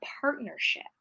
partnership